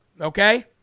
okay